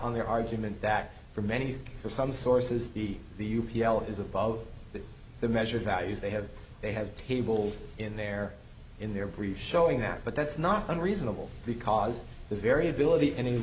on their argument that for many for some sources the the u p a l is above the measured values they have they have tables in their in their brief showing that but that's not unreasonable because the variability